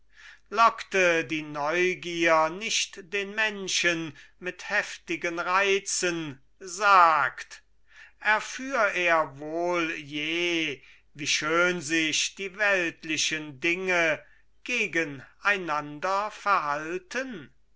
lockte die neugier nicht den menschen mit heftigen reizen sagt erführ er wohl je wie schön sich die weltlichen dinge gegeneinander verhalten